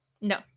No